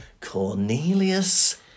Cornelius